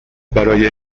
برای